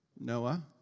Noah